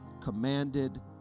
commanded